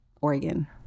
Oregon